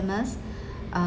~ers uh